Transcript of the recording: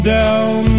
down